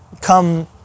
come